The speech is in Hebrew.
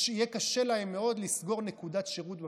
יהיה קשה להם מאוד לסגור נקודת שירות בפריפריה.